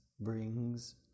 brings